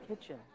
kitchen